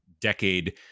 decade